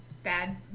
bad